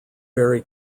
vary